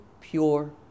pure